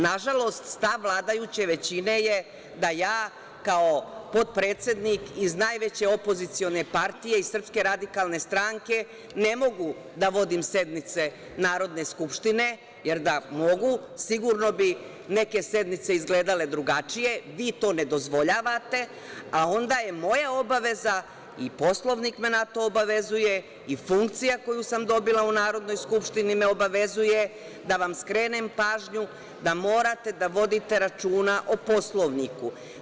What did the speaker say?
Nažalost, stav vladajuće većine je da ja kao potpredsednik iz najveće opozicione partije iz SRS ne mogu da vodim sednice Narodne skupštine, jer da mogu, sigurno bi neke sednice izgledale drugačije, vi to ne dozvoljavate, a onda je moja obaveza i Poslovnik me na to obavezuje, i funkcija koju sam dobila u Narodnoj skupštini me obavezuje da vam skrenem pažnju da morate da vodite računa o Poslovniku.